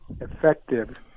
effective